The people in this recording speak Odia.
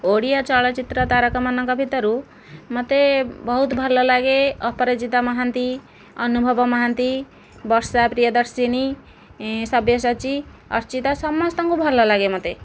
ଓଡ଼ିଆ ଚଳଚିତ୍ର ତାରକାମାନଙ୍କ ଭିତରୁ ମୋତେ ବହୁତ ଭଲ ଲାଗେ ଅପରାଜିତା ମହାନ୍ତି ଅନୁଭବ ମହାନ୍ତି ବର୍ଷା ପ୍ରିୟଦର୍ଶିନୀ ସବ୍ୟସାଚୀ ଅର୍ଚ୍ଚିତା ସମସ୍ତଙ୍କୁ ଭଲ ଲାଗେ ମୋତେ